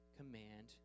command